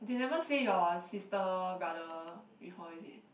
they never say your sister brother before is it